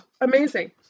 amazing